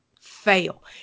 fail